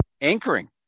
Anchoring